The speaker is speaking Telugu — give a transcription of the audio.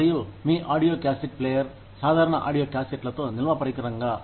మరియు మీ ఆడియో క్యాసెట్ ప్లేయర్ సాధారణ ఆడియో క్యాసెట్ లతో నిల్వ పరికరంగా